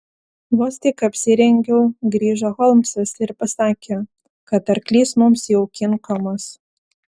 vos tik apsirengiau grįžo holmsas ir pasakė kad arklys mums jau kinkomas